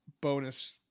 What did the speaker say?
bonus